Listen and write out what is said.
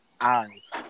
eyes